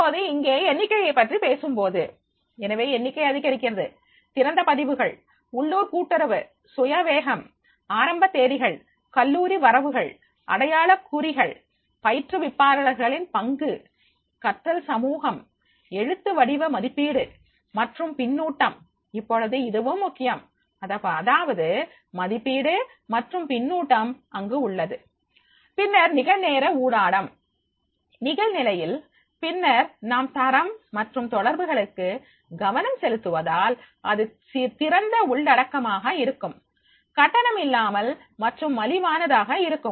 இப்போது இங்கே எண்ணிக்கையை பற்றி பேசும் போது எனவே எண்ணிக்கை அதிகரிக்கிறது திறந்த பதிவுகள் உள்ளூர் கூட்டுறவு சுய வேகம் ஆரம்ப தேதிகள் கல்லூரி வரவுகள் அடையாளக் குறிகள் பயிற்றுவிப்பாளர்களின் பங்கு கற்றல் சமூகம் எழுத்து வடிவ மதிப்பீடு மற்றும் பின்னூட்டம் இப்பொழுது இதுவும் முக்கியம் அதாவது மதிப்பீடு மற்றும் பின்னூட்டம் அங்கு உள்ளது பின்னர் நிகழ்நேர ஊடாடம் நிகழ்நிலையில் பின்னர் நாம் தரம் மற்றும் தொடர்புகளுக்கு கவனம் செலுத்துவதால் இது திறந்த உள்ளடக்கமாக இருக்கும் கட்டணம் இல்லாமல் மற்றும் மலிவானதாக இருக்கும்